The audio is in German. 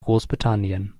großbritannien